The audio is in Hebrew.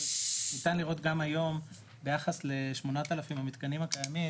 ניתן לראות גם היום ביחס ל-8,000 המתקנים הקיימים